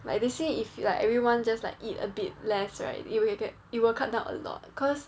like they say if like everyone just like eat a bit less right you will get it will cut down a lot cause